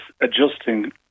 adjusting